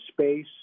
space